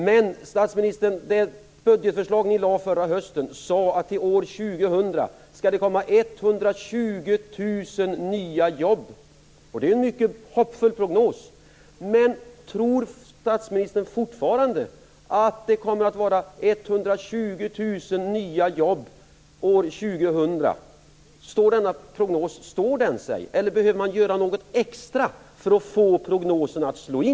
Men, statsministern, det budgetförslag som ni lade fram förra hösten sade att år 2000 skulle det komma 120 000 nya jobb. Det är en mycket hoppfull prognos. Men tror statsministern fortfarande att det kommer att vara 120 000 nya jobb år 2000? Står sig denna prognos, eller behöver man göra något extra för att få prognosen att slå in?